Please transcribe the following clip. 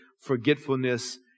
forgetfulness